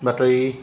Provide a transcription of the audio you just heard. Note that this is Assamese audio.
বাতৰি